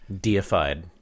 deified